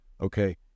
Okay